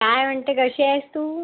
काय म्हणते कशी आहेस तू